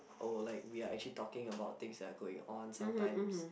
oh like we are actually talking about things that are going on sometimes